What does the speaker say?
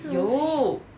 有